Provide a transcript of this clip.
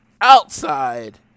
outside